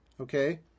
Okay